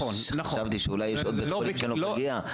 אז חשבתי שאולי יש עוד בית חולים שאין לו פגייה.